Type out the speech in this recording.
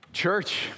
Church